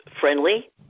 friendly